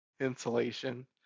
insulation